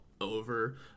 over